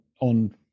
on